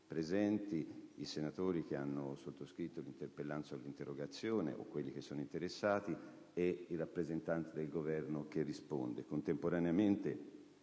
i senatori che hanno sottoscritto l'interpellanza o l'interrogazione, i senatori che sono interessati e il rappresentante del Governo che risponde.